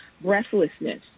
breathlessness